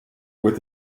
with